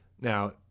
Now